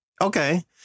Okay